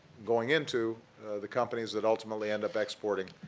going into the companies that ultimately end up exporting